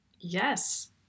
Yes